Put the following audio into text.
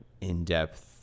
in-depth